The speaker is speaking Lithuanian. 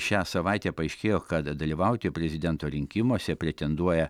šią savaitę paaiškėjo kada dalyvauti prezidento rinkimuose pretenduoja